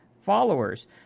followers